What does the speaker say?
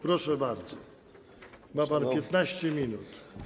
Proszę bardzo, ma pan 15 minut.